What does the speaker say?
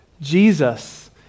Jesus